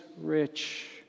rich